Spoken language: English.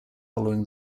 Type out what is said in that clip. following